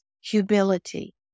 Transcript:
humility